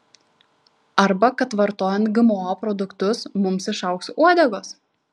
arba kad vartojant gmo produktus mums išaugs uodegos